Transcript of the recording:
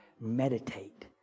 meditate